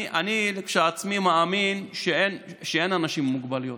אני כשלעצמי מאמין שאין אנשים עם מוגבלויות.